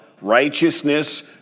righteousness